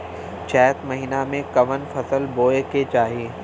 चैत महीना में कवन फशल बोए के चाही?